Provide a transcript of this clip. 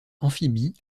amphibie